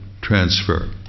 transfer